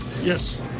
Yes